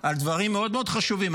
על דברים מאוד מאוד חשובים.